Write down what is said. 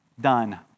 Done